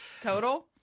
Total